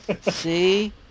See